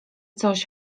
coś